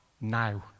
now